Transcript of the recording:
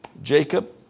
Jacob